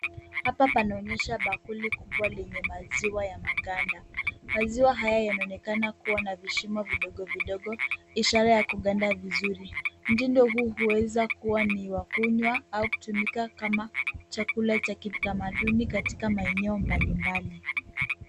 Hapa panaonyesha bakuli kubwa lenye maziwa ya maganda. Maziwa haya yanaonekana kuwa na vishimo vidogo vidogo ishara ya kuganda vizuri. Mtindo huu huweza kuwa ni wa kunywa au kutumika kama chakula cha kitamaduni katika maeneo mbalimbali.